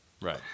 Right